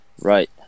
Right